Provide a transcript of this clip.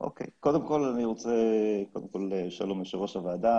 קודם כל שלום ליושבת ראש הוועדה,